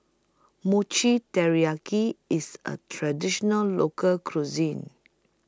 Mochi Taiyaki IS A Traditional Local Cuisine